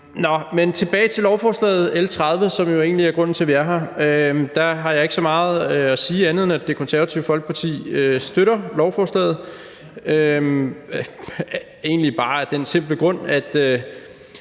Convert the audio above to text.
øjne. Tilbage til lovforslaget L 30, som jo egentlig er grunden til, at vi er her: Der har jeg ikke så meget sige andet, end at Det Konservative Folkeparti støtter lovforslaget. Det er egentlig bare af den simple grund, at